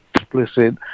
explicit